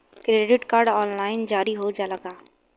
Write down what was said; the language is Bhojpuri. क्रेडिट कार्ड ऑनलाइन जारी हो जाला का?